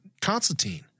Constantine